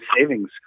savings